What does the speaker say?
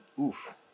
oof